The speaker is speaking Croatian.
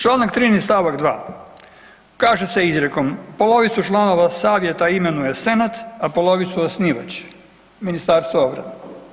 Članak 13. stavak 2. kaže se izrijekom polovicu članova savjeta imenuje senat, a polovicu osnivač Ministarstvo obrane.